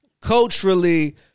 culturally